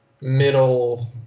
middle